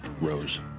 Rose